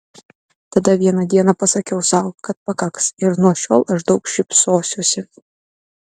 tada vieną dieną pasakiau sau kad pakaks ir nuo šiol aš daug šypsosiuosi